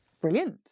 Brilliant